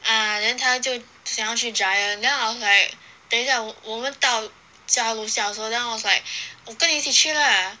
ah then 她就想要去 Giant then I was like 等一下我们到家楼下的时候 then I was like 我跟你一起去 lah